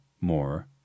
more